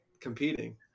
competing